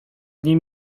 nim